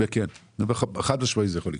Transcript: ואני אומר לך, חד משמעית, שזה כן יכול לקרות.